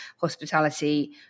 Hospitality